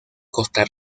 costa